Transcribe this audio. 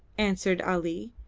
answered ali,